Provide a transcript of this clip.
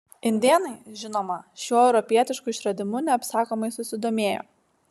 indėnai žinoma šiuo europietišku išradimu neapsakomai susidomėjo